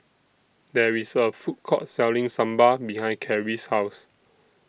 There IS A Food Court Selling Sambar behind Carrie's House